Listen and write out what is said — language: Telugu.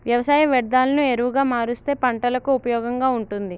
వ్యవసాయ వ్యర్ధాలను ఎరువుగా మారుస్తే పంటలకు ఉపయోగంగా ఉంటుంది